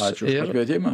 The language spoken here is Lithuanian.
ačiū už pakvietimą